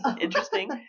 interesting